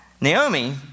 Naomi